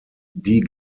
die